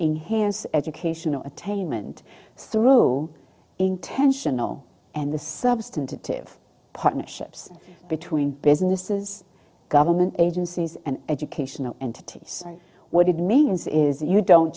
enhance educational attainment through intentional and the substantive partnerships between businesses government agencies and educational entities and what it means is you don't